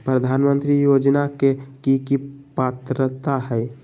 प्रधानमंत्री योजना के की की पात्रता है?